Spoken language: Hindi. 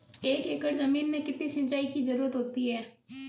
एक एकड़ ज़मीन में कितनी सिंचाई की ज़रुरत होती है?